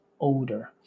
Older